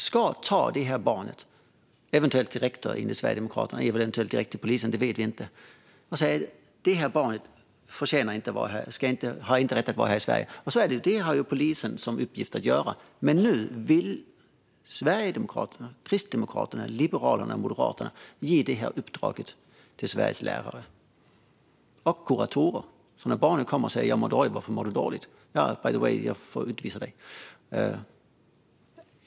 Ska läraren ta barnet till rektorn, enligt Sverigedemokraterna, eventuellt direkt till polisen, för att säga att barnet inte förtjänar att vara här, inte har rätt att vara i Sverige? Det har polisen som uppgift att göra. Men nu vill Sverigedemokraterna, Kristdemokraterna, Liberalerna och Moderaterna ge uppdraget till Sveriges lärare. Det gäller även kuratorerna. När barnet säger att det mår dåligt frågar kuratorn varför det mår dåligt - och, by the way, jag får utvisa dig.